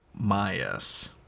myas